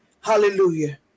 Hallelujah